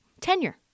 tenure